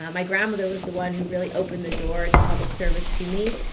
um my grandmother was the one who really opened the door to public service to me,